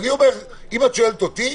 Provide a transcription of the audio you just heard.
אם את שואלת אותי,